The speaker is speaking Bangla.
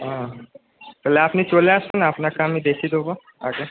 তাহলে আপনি চলে আসুন আপনাকে আমি দেখে দেব আগে